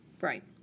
Right